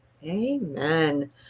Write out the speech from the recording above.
Amen